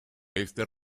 este